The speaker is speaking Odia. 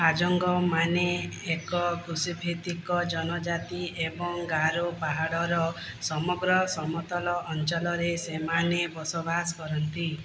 ହାଜୋଙ୍ଗମାନେ ଏକ କୃଷିଭିତ୍ତିକ ଜନଜାତି ଏବଂ ଗାରୋ ପାହାଡର ସମଗ୍ର ସମତଳ ଅଞ୍ଚଲରେ ସେମାନେ ବସବାସ କରନ୍ତି